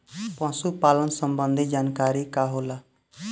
पशु पालन संबंधी जानकारी का होला?